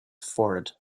forehead